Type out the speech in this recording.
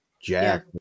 jack